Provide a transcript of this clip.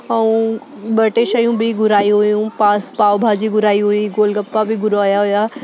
ऐं ॿ टे शयूं बि घुरायूं हुयूं पा पाव भाजी घुराई हुई गोलगप्पा बि घुरवाया हुआ